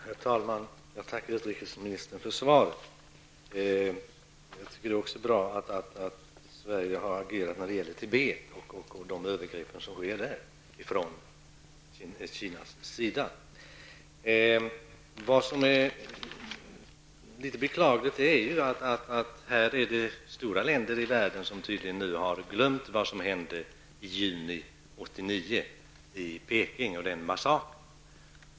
Herr talman! Jag tackar utrikesministern för svaret. Det är bra att Sverige agerar när det gäller Tibet och de övergrepp som där sker från Kinas sida. Men det är beklagligt att några av de stora länderna i världen tydligen har glömt massakern i juni 1989 i Peking.